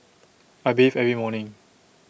I bathe every morning